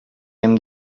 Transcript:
hem